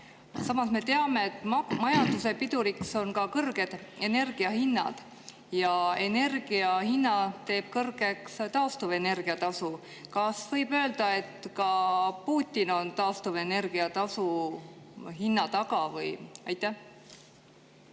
Samas me teame, et majanduse piduriks on ka kõrged energia hinnad ja energia hinna teeb kõrgeks taastuvenergia tasu. Kas võib öelda, et Putin on ka taastuvenergia tasu hinna taga või? Aitäh!